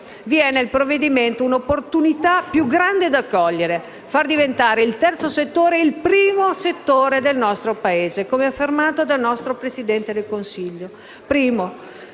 è nel provvedimento una opportunità più grande da cogliere: far diventare il terzo settore, il primo settore del nostro Paese, come affermato dal nostro Presidente del Consiglio.